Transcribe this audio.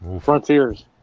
Frontiers